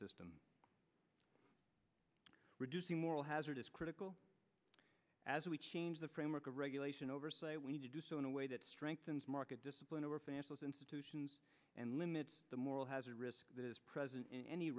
system reducing moral hazard is critical as we change the framework of regulation over say we need to do so in a way that strengthens market discipline over financial institutions and limits the moral hazard risk that is present